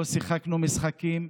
לא שיחקנו משחקים,